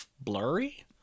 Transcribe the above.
blurry